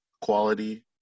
quality